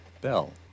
Bell